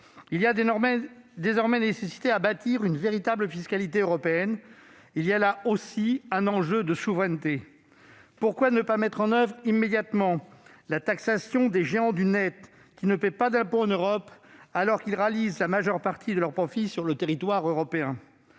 Il est désormais nécessaire de bâtir une véritable fiscalité européenne ! C'est aussi un enjeu de souveraineté. Pourquoi ne pas mettre en oeuvre immédiatement la taxation des géants du net qui ne paient pas d'impôt en Europe alors qu'ils réalisent la majeure partie de leurs profits sur le territoire européen ?